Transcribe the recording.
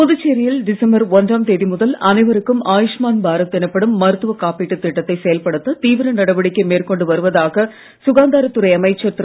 புதுச்சேரியில் டிசம்பர் ஒன்றாம் தேதி முதல் அனைவருக்கும் ஆயுஷ்மான் பாரத் எனப்படும் மருத்துவ காப்பீட்டுத் திட்டத்தை செயல்படுத்த தீவிர நடவடிக்கை மேற்கொண்டு வருவதாக சுகாதாரத் துறை அமைச்சர் திரு